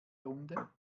runde